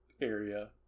area